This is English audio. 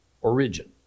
origin